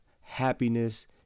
happiness